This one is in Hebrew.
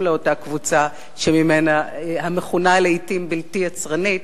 לאותה קבוצה המכונה לעתים בלתי יצרנית,